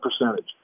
percentage